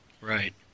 Right